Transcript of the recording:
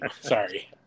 Sorry